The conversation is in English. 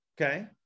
Okay